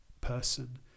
person